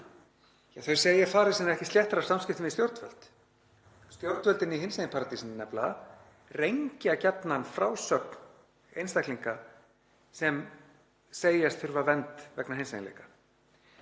hann segi farir sínar ekki sléttar af samskiptum við stjórnvöld. Stjórnvöldin í hinsegin paradísinni rengja nefnilega gjarnan frásögn einstaklinga sem segjast þurfa vernd vegna hinseginleika.